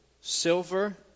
silver